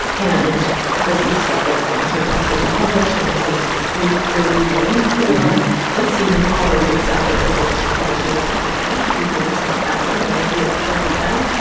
and this is stuff that's going to eventually be published. and it's like a pre peer review or it's even already accepted. but they just publish it as a pre-print because it's not out yet and won't be out for a while.